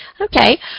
Okay